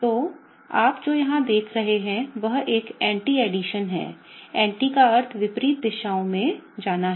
तो आप जो यहां देख रहे हैं वह एक एंटी एडिशन है एंटी का अर्थ विपरीत दिशाओं में जाना है